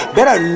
Better